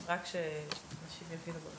רק שאנשים יבינו.